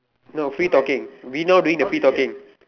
no free talking we now doing the free talking